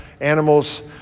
animals